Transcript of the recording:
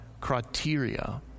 criteria